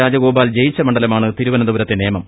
രാജഗോപാൽ ജയിച്ച മണ്ഡലമാണ് തിരുവനന്തപുരത്തെ നേമം